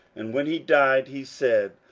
and when he died, he said,